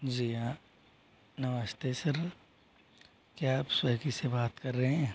जी हाँ नमस्ते सर क्या आप स्वेगी से बात कर रहे हैं